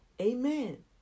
Amen